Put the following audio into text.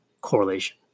correlation